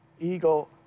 ego